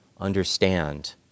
understand